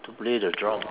to play the drum